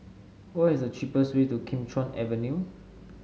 what is the cheapest way to Kim Chuan Avenue